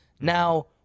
Now